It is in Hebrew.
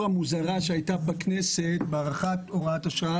מוזרה שהייתה בכנסת בהארכת הוראת השעה,